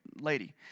lady